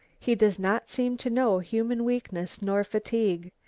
he does not seem to know human weakness nor fatigue,